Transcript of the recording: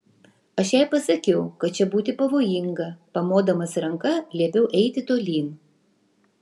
aš jai pasakiau kad čia būti pavojinga pamodamas ranka liepiau eiti tolyn